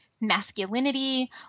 masculinity